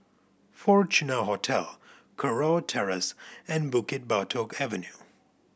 Fortuna Hotel Kurau Terrace and Bukit Batok Avenue